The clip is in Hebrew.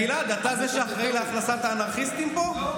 גלעד, אתה זה שאחראי להכנסת האנרכיסטים פה?